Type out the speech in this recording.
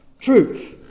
truth